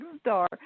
star